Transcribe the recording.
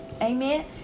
amen